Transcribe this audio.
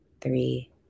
three